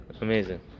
Amazing